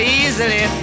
easily